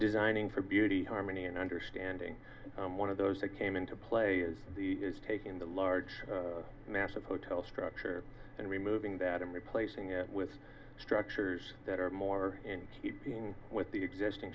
designing for beauty harmony and understanding one of those that came into play is the is taking the large mass of hotel structure and removing that i'm replacing it with structures that are more in keeping with the existing